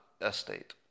estate